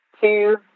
two